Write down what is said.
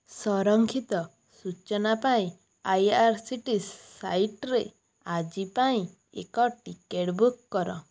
ସଂରକ୍ଷିତ ସୂଚନା ପାଇଁ I R C T C ସାଇଟ୍ରେ ଆଜି ପାଇଁ ଏକ ଟିକେଟ୍ ବୁକ୍ କର